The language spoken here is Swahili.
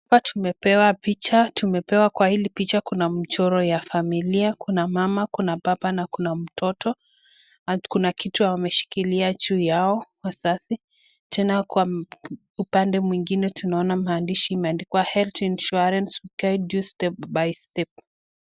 Hapa tumepewa picha tumepewa kwa hili picha kuna mchoro wa familia kuna mama kuna baba na kuna mtoto na kuna kitu wameshikilia juu ya wazazi, Tena Kwa upande mwengine tunaona maandishi wameandikwa health insurance to guide you step by step